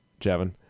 Javin